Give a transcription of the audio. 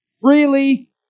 freely